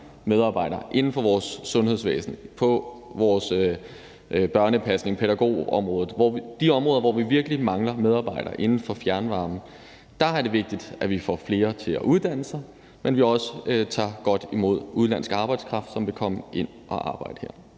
medarbejdere, f.eks. inden for vores sundhedsvæsen, på vores børnepasnings- og pædagogområde og på andre områder, hvor vi virkelig mangler medarbejdere, f.eks. inden for fjernvarme, er det vigtigt, at vi får flere til at uddanne sig, og at vi også tager godt imod udenlandsk arbejdskraft, som vil komme ind og arbejde her.